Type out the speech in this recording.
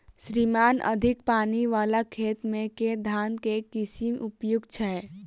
श्रीमान अधिक पानि वला खेत मे केँ धान केँ किसिम उपयुक्त छैय?